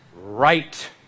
Right